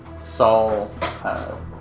Saul